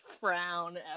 frown